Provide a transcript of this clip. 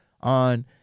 on